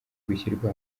gushyirwa